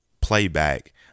playback